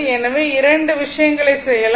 எனவே இரண்டு விஷயங்களை செய்யலாம்